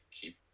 keep